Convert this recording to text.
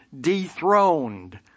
dethroned